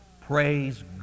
Praise